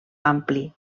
ampli